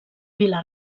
vila